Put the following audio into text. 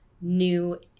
new